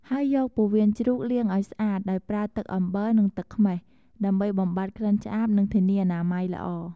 ហើយយក ពោះវៀនជ្រូក លាងឱ្យស្អាត ដោយប្រើទឹក អំបិល និងទឹកខ្មេះ ដើម្បីបំបាត់ក្លិនឆ្អាប និងធានាអនាម័យល្អ។